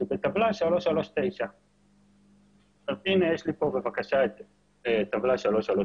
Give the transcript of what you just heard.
שבטבלה 339. אז הנה יש לי פה את טבלה 339,